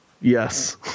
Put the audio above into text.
Yes